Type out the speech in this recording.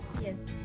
yes